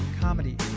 comedy